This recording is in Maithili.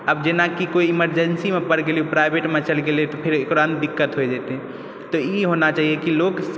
अब जेनाकि कोई इमर्जेन्सी मे परि गेलै प्राइवट मे चल गेलै तऽ फेर ओकरा मे दिक्कत होए जेतै तऽ ई होना चाही की लोकके